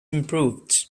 improved